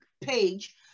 page